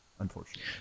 unfortunately